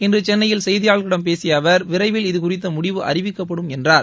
இன்று சென்னையில் செய்தியாளர்களிடம் பேசிய அவர் விரைவில் இது குறித்த முடிவு அறிவிக்கப்படும் என்றார்